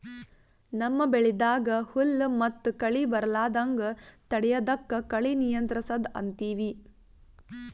ನಮ್ಮ್ ಬೆಳಿದಾಗ್ ಹುಲ್ಲ್ ಮತ್ತ್ ಕಳಿ ಬರಲಾರದಂಗ್ ತಡಯದಕ್ಕ್ ಕಳಿ ನಿಯಂತ್ರಸದ್ ಅಂತೀವಿ